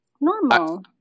normal